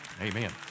Amen